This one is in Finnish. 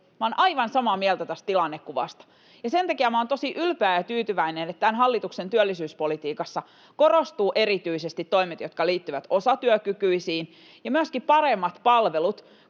olen aivan samaa mieltä tästä tilannekuvasta, ja sen takia minä olen tosi ylpeä ja tyytyväinen, että tämän hallituksen työllisyyspolitiikassa korostuvat erityisesti toimet, jotka liittyvät osatyökykyisiin, ja myöskin paremmat palvelut,